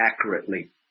accurately